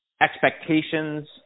expectations